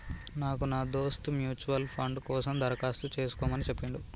నాకు నా దోస్త్ మ్యూచువల్ ఫండ్ కోసం దరఖాస్తు చేసుకోమని చెప్పిండు